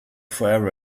forever